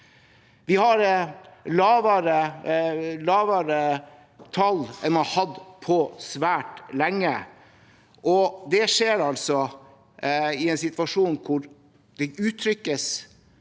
Vi har lavere tall enn vi har hatt på svært lenge, og det skjer altså i en situasjon hvor det uttrykkes